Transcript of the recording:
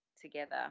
together